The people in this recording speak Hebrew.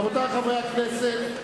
רבותי חברי הכנסת,